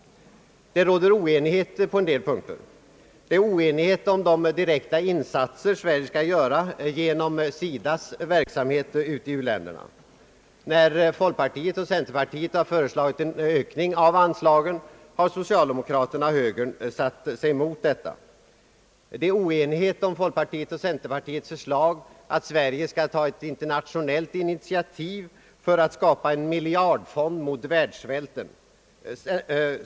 Det råder oenighet på en del punkter. Det råder oenighet om de direkta insatser Sverige skall göra genom SIDAS:s verksamhet i u-länderna. När folkpartiet och centerpartiet har föreslagit en ökning av anslagen, har socialdemokraterna och högern satt sig emot detta. Det råder oenighet om folkpartiets och centerpartiets förslag att Sverige skall ta ett internationellt initiativ för att skapa en miljardfond mot världssvälten.